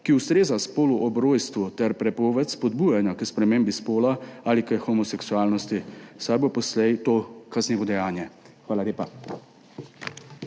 ki ustreza spolu ob rojstvu, ter prepoved spodbujanja k spremembi spola ali k homoseksualnosti, saj bo poslej to kaznivo dejanje. Hvala lepa.